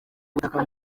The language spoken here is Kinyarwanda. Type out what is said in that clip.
ubutaka